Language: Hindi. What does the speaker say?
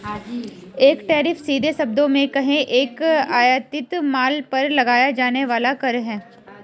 एक टैरिफ, सीधे शब्दों में कहें, एक आयातित माल पर लगाया जाने वाला कर है